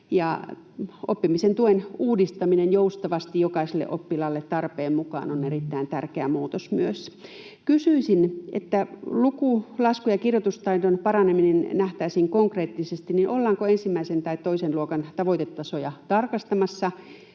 Oppimisen tuen uudistaminen joustavasti jokaiselle oppilaalle tarpeen mukaan on erittäin tärkeä muutos myös. Kysyisin: Jotta luku-, lasku- ja kirjoitustaidon paraneminen nähtäisiin konkreettisesti, niin ollaanko ensimmäisen tai toisen luokan tavoitetasoja tarkastamassa?